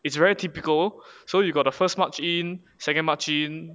it's very typical so you've got the first march in second march in